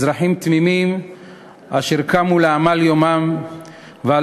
אזרחים תמימים אשר קמו לעמל יומם ועל